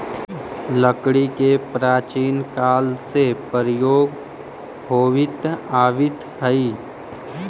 लकड़ी के प्राचीन काल से प्रयोग होवित आवित हइ